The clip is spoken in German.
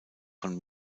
von